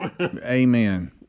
Amen